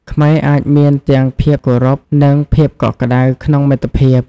ខ្មែរអាចមានទាំងភាពគោរព និងភាពកក់ក្ដៅក្នុងមិត្តភាព។